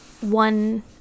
one